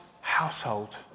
household